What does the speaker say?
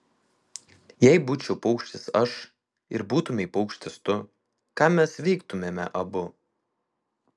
jei būčiau paukštis aš ir būtumei paukštis tu ką mes veiktumėme abu